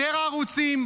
יותר ערוצים,